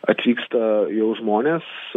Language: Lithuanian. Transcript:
atvyksta jau žmonės